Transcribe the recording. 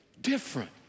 different